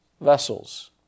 vessels